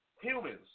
Humans